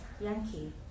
Yankee